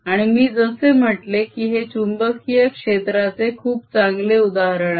आणि मी जसे म्हटले की हे चुंबकीय क्षेत्राचे खूप चांगले उदाहरण आहे